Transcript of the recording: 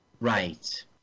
Right